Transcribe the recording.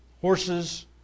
horses